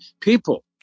people